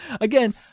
Again